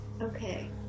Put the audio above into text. Okay